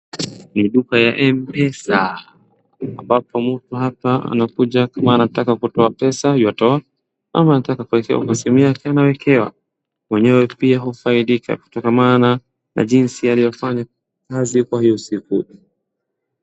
Hii ni duka ya mpesa, ambapo mtu hapa anakuja kama anataka kutoa pesa yuatoa, ama anataka kuekewa kwa simu yake anaekewa. Mwenyewe pia hufaidika kutoka maana na jinsi alivyofanya kazi kwa hiyo siku.